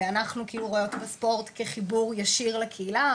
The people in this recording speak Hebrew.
ואנחנו רואות את הספורט כחיבור ישיר לקהילה,